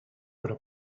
però